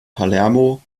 palermo